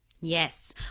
Yes